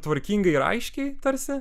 tvarkingai ir aiškiai tarsi